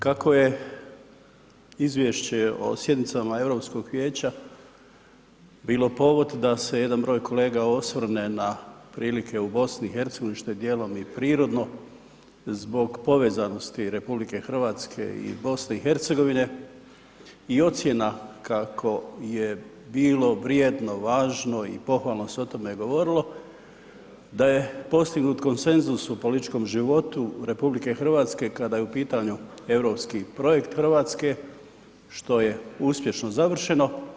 Kako je izvješće o sjednicama Europskog vijeća bilo povod da se jedan broj kolega osvrne na prilike u BiH, što je dijelom i prirodno zbog povezanosti RH i BiH i ocjena kako je bilo vrijedno, važno i pohvalno se o tome govorilo da je postignut konsenzus u političkom životu RH kada je u pitanju europski projekt RH, što je uspješno završeno.